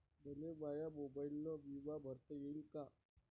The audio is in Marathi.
मले माया मोबाईलनं बिमा भरता येईन का?